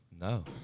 no